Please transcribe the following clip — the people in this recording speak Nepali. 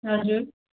हजुर